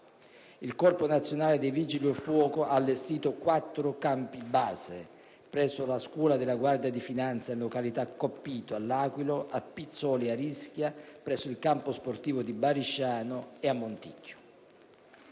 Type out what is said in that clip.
Il Corpo nazionale dei vigili del fuoco ha allestito quattro campi base presso la scuola della Guardia di finanza, in località Coppito, in provincia dell'Aquila, a Pizzoli-Arischia, nel campo sportivo di Barisciano ed a Monticchio.